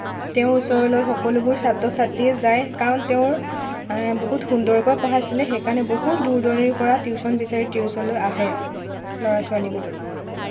তেওঁৰ ওচৰলৈ সকলোবোৰ ছাত্ৰ ছাত্ৰীয়েই যায় কাৰণ তেওঁ বহুত সুন্দৰকৈ পঢ়াইছিলে সেইকাৰণে বহুত দূৰ দূৰণিৰ পৰা টিউশ্যন বিচাৰি তেওঁৰ ওচৰলৈ আহে ল'ৰা ছোৱালীবোৰ